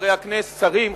שרים,